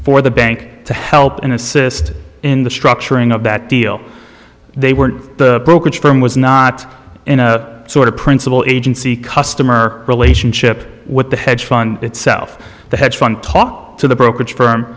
for the bank to help and assist in the structuring of that deal they were the brokerage firm was not in a sort of principal agency customer relationship with the hedge fund itself the hedge fund talk to the brokerage firm